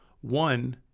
one